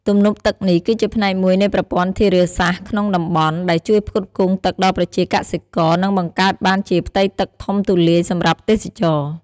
ទំនប់ទឹកនេះ គឺជាផ្នែកមួយនៃប្រព័ន្ធធារាសាស្ត្រក្នុងតំបន់ ដែលជួយផ្គត់ផ្គង់ទឹកដល់ប្រជាកសិករ និងបង្កើតបានជាផ្ទៃទឹកធំទូលាយសម្រាប់ទេសចរណ៍។